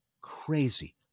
crazy